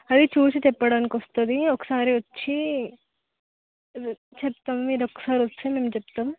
అది చూసి చెప్పడానికి వస్తుంది ఒకసారి వచ్చి చెప్తాం మీరొకసారి వస్తే మేం చెప్తాం